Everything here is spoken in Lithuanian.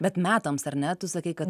bet metams ar ne tu sakei kad